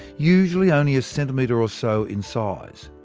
usually only a centimetre or so in size.